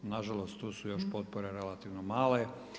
Nažalost, tu su još potpore relativno male.